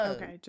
Okay